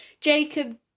Jacob